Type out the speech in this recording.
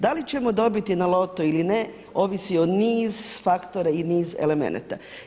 Da li ćemo dobiti na lotu ili ne, ovisi o niz faktora i niz elemenata.